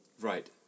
Right